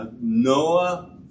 Noah